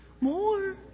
more